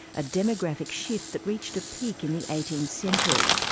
a demographic shift that reached a peak in the eighteenth century,